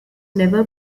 never